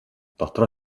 дотроо